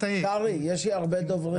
קרעי, יש לי הרבה דוברים.